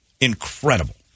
Incredible